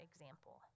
example